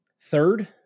Third